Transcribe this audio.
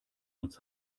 uns